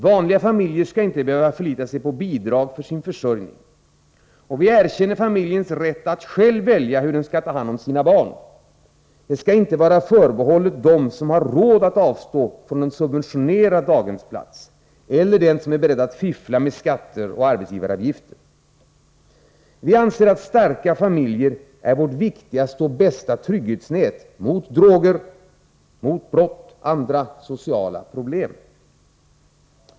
Vanliga familjer skall inte behöva förlita sig på bidrag för sin försörjning. Vi erkänner familjens rätt att själv välja hur den skall ta hand om sina barn. : Det skall inte vara förbehållet dem som har råd att avstå från en subventione rad daghemsplats eller dem som är beredda att fiffla med skatter och arbetsgivaravgifter. Vi anser att starka familjer är vårt viktigaste och bästa trygghetsnät mot droger, brott och andra sociala problem.